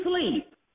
sleep